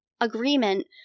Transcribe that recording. agreement